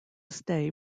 stay